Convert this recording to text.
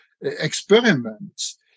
experiments